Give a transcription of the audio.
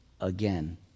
again